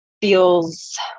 feels